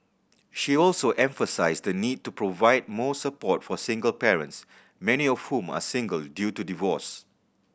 she also emphasised the need to provide more support for single parents many of whom are single due to divorce